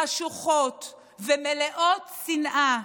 חשוכות ומלאות שנאה,